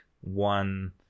one